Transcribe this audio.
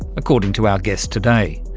according to our guests today.